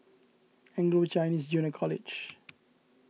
Anglo Chinese Junior College